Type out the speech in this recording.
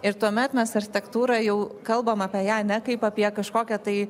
ir tuomet mes architektūrą jau kalbam apie ją ne kaip apie kažkokią tai